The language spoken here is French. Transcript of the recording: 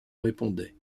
répondait